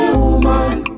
woman